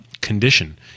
condition